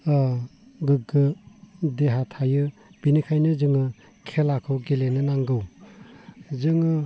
गोग्गो देहा थायो बेनिखायनो जोङो खेलाखौ गेलेनो नांगौ जोङो